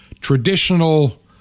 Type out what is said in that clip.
Traditional